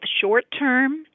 short-term